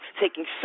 taking